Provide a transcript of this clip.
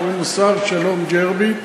קוראים לו שר-שלום ג'רבי,